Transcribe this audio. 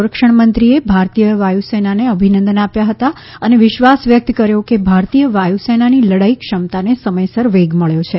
સંરક્ષણ મંત્રીએ ભારતીય વાયુસેનાને અભિનંદન આપ્યા હતા અને વિશ્વાસ વ્યક્ત કર્યોકે ભારતીય વાયુસેનાની લડાઇ ક્ષમતાને સમયસર વેગ મળ્યો છે